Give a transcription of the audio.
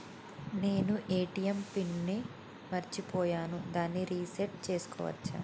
నేను ATM pin ని మరచిపోయాను దాన్ని రీ సెట్ చేసుకోవచ్చా?